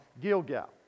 Gilgal